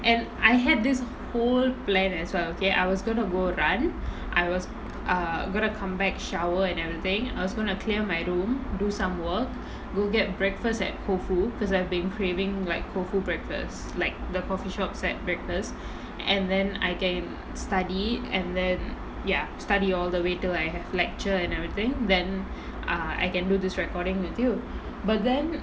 and I had this whole plan as well okay I was going to go run I was err gonna come back shower and everything I was going to clear my room do some work go get breakfast at Koufu because I've been craving like Koufu breakfast like the coffee shops set breakfast and then I can study and then ya study all the way till I have lecture and everything then err I can do this recording with you but then